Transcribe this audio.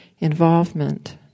involvement